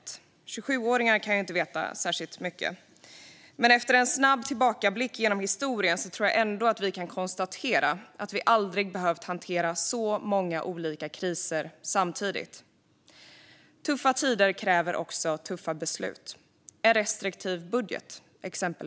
Som 27-åring kan jag ju inte veta särskilt mycket. Men efter en snabb tillbakablick på historien kan vi nog konstatera att vi aldrig behövt hantera så många olika kriser samtidigt. Tuffa tider kräver också tuffa beslut, exempelvis en restriktiv budget.